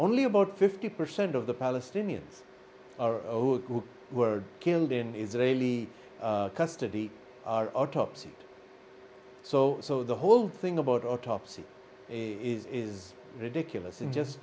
only about fifty percent of the palestinians who were killed in israeli custody are autopsy so so the whole thing about autopsy is ridiculous and just